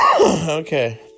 Okay